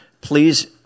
Please